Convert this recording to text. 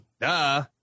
Duh